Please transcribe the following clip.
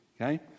okay